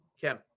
Kim